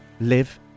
live